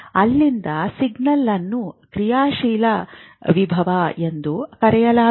ಅಲ್ಲಿಂದ ಸಿಗ್ನಲ್ ಅನ್ನು ಕ್ರಿಯಾಶೀಲ ವಿಭವ ಎಂದು ಕರೆಯಲಾಗುತ್ತದೆ